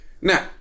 Now